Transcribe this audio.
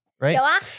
Right